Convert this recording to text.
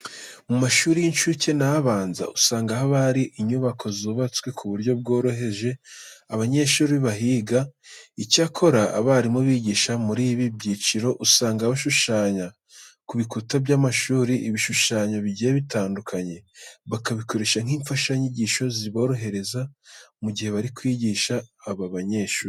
Mu mashuri y'incuke n'abanza usanga haba hari inyubako zubatswe ku buryo bworohereza abanyeshuri bahiga. Icyakora, abarimu bigisha muri ibi byiciro usanga bashushanya ku bikuta by'amashuri ibishushanyo bigiye bitandukanye bakabikoresha nk'imfashanyigisho ziborohereza mu gihe bari kwigisha aba banyeshuri.